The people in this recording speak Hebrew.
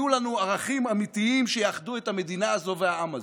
יהיו לנו ערכים אמיתיים שיאחדו את המדינה הזו ואת העם הזה.